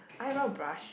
eyebrow brush